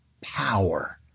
power